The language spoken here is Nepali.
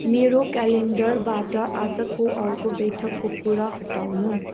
मेरो क्यालेन्डरबाट आजको अर्को बैठकको कुरा हटाउनू